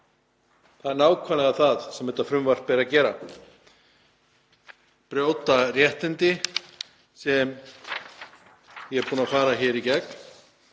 Það er nákvæmlega það sem þetta frumvarp er að gera, brjóta réttindi sem ég er búinn að fara hér í gegnum.